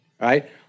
right